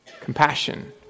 Compassion